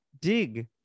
Dig